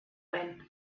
went